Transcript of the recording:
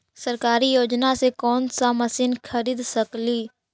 सरकारी योजना से कोन सा मशीन खरीद सकेली?